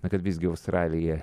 na kad visgi australija